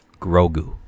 Grogu